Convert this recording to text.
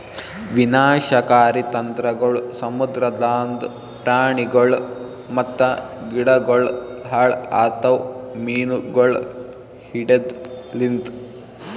ವಿನಾಶಕಾರಿ ತಂತ್ರಗೊಳ್ ಸಮುದ್ರದಾಂದ್ ಪ್ರಾಣಿಗೊಳ್ ಮತ್ತ ಗಿಡಗೊಳ್ ಹಾಳ್ ಆತವ್ ಮೀನುಗೊಳ್ ಹಿಡೆದ್ ಲಿಂತ್